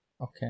okay